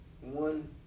One